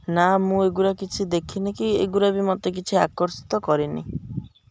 ନା ମୁଁ ଏଗୁଡ଼ା କିଛି ଦେଖିନି କି ଏଗୁଡ଼ା ବି ମୋତେ କିଛି ଆକର୍ଷିତ କରେନି